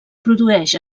produeix